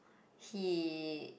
he